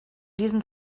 diesen